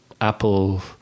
Apple